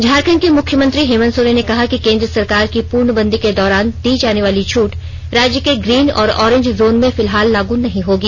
झारखंड के मुख्यमंत्री हेमंत सोरेन ने कहा कि केन्द्र सरकार की पूर्णबंदी के दौरान दी जाने वाली छूट राज्य के ग्रीन और ऑरेंज जोन में फिलहाल लागू नहीं होंगी